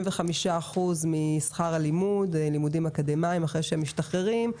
אחוזים משכר הלימודים האקדמיים אחרי שהם משתחררים.